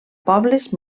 pobles